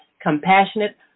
compassionate